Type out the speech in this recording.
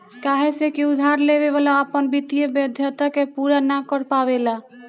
काहे से की उधार लेवे वाला अपना वित्तीय वाध्यता के पूरा ना कर पावेला